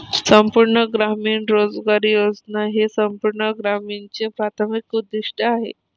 संपूर्ण ग्रामीण रोजगार योजना हे संपूर्ण ग्रामीणचे प्राथमिक उद्दीष्ट आहे